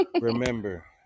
Remember